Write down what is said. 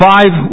Five